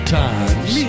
times